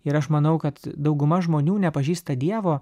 ir aš manau kad dauguma žmonių nepažįsta dievo